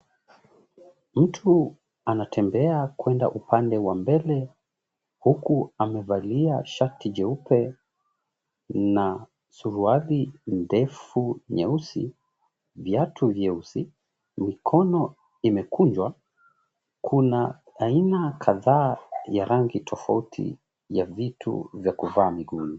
Mtu anatembea kwenda upande wa mbele huku amevalia shati jeupe na suruali ndefu nyeusi, viatu vyeusi, mikono imekunjwa kuna aina kadhaa ya rangi tofauti ya vitu vya kuvaa miguuni.